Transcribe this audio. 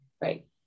Right